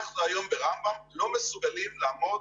אנחנו היום ברמב"ם לא מסוגלים לעמוד